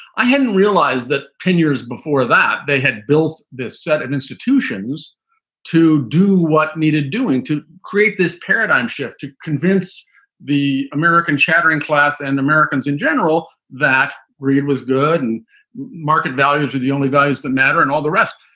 i hadn't realized that ten years before that they had built this set of and institutions to do what needed doing to create this paradigm shift to convince convince the american chattering class and americans in general that greed was good and market values are the only values the matter and all the rest.